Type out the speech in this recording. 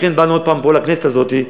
לכן באנו עוד פעם לכנסת הזאת,